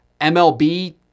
MLB